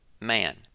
man